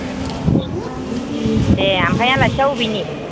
उम उम दे ओमफ्राय आलासिया अबेनि